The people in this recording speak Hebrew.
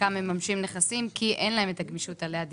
חלקם מממשים נכסים כי אין להם את הגמישות שעליה דיברתם.